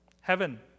Heaven